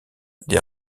des